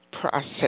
process